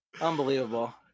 unbelievable